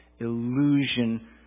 illusion